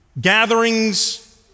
gatherings